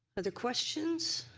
other questions?